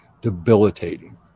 debilitating